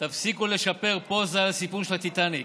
תפסיקו לשפר, פה זה הסיפור של הטיטניק.